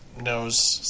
knows